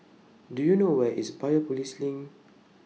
Do YOU know Where IS Biopolis LINK